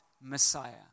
Messiah